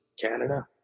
Canada